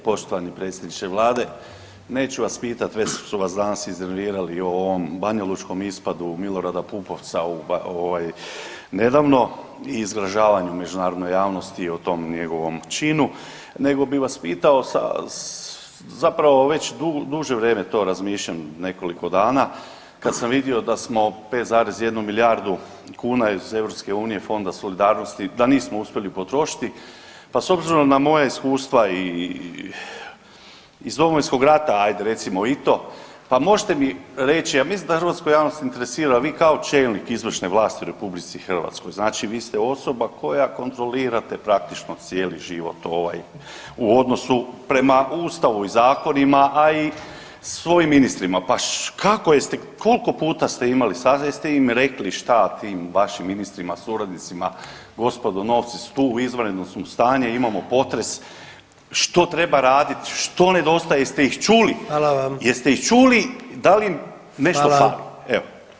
E poštovani predsjedniče vlade neću vas pitat već su vas danas iznervirali o ovom banjalučkom ispadu Milorada Pupovca ovaj nedavno i zgražavanju međunarodne javnosti o tom njegovom činu, nego bi vas pitao zapravo već duže vrijeme to razmišljam nekoliko dana kad sam vidio da smo 5,1 milijardu kuna iz EU Fonda solidarnosti da nismo uspjeli potrošiti, pa s obzirom na moja iskustva iz Domovinskog rata, ajde recimo i to, pa možete mi reći, ja mislim da hrvatsku javnost interesira, vi kao čelnik izvršne vlasti u RH, znači vi ste osoba koja kontrolirate praktično cijeli život ovaj u odnosu prema ustavu i zakonima, a i svojim ministrima, pa kako, jeste, koliko puta ste imali … [[Govornik se ne razumije]] i im rekli šta tim vašim ministrima, suradnicima, gospodo novci su tu, u izvanrednom smo stanju, imamo potres, što treba radit, što nedostaje iz tih, jeste ih čuli, jeste ih čuli da li nešto fali, evo?